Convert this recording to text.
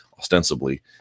ostensibly